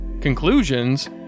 conclusions